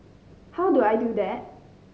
how do I do that